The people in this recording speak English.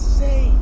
say